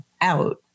out